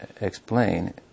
explain